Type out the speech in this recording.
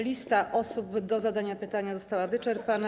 Lista osób do zadania pytania została wyczerpana.